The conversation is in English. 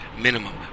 minimum